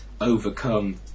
overcome